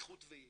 בטיחות ויעילות.